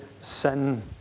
sin